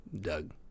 Doug